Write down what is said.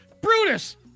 Brutus